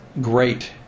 great